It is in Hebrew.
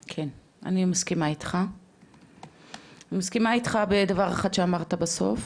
כן, אני מסכימה איתך בדבר אחד שאמרת בסוף,